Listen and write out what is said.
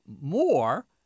more